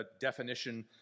definition